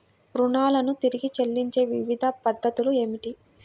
రుణాలను తిరిగి చెల్లించే వివిధ పద్ధతులు ఏమిటి?